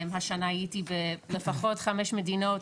השנה הייתי בלפחות חמש מדינות,